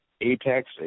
apex